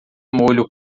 molho